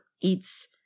eats